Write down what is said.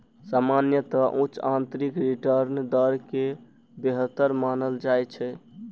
सामान्यतः उच्च आंतरिक रिटर्न दर कें बेहतर मानल जाइ छै